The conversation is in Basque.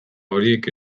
horiek